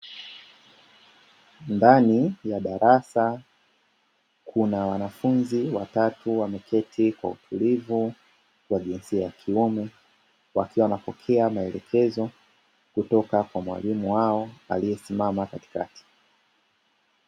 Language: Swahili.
Ndani ya darasa kuna wanafunzi watatu wameketi kwa utulivu kwa jinsia ya kiume wakiwa wanapokea maelekezo kutoka kwa mwalimu wao aliyesimama katikati.